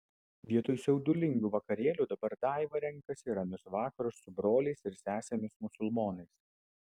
vietoj siautulingų vakarėlių dabar daiva renkasi ramius vakarus su broliais ir sesėmis musulmonais